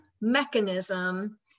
mechanism